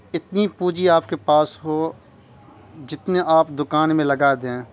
اتنی پونجی آپ کے پاس ہو جتنے آپ دکان میں لگا دیں